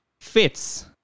fits